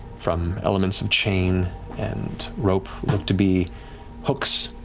from elements of chain and rope, look to be hooks,